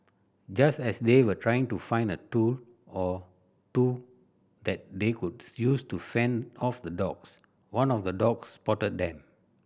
just as they were trying to find a tool or two that they could use to fend off the dogs one of the dogs spotted them